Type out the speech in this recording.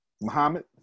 Muhammad